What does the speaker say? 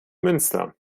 münster